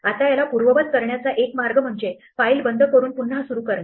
आता याला पूर्ववत करण्याचा एक मार्ग म्हणजे फाईल बंद करून पुन्हा सुरू करणे